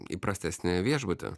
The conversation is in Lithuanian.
į prastesnį viešbutį